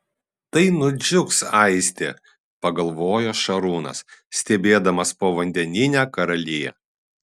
tai nudžiugs aistė pagalvojo šarūnas stebėdamas povandeninę karaliją